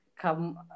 come